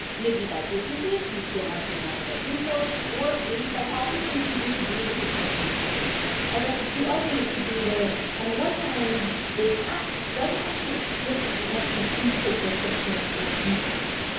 maybe by businesses who don't want to pay more for their imports or maybe by politicians who disagree with the president's decision i guess the two arguments would be, well, on the one hand, this act doesn't actually explicitly mention import restrictions or duties.